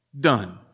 done